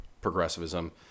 progressivism